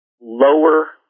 lower